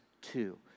two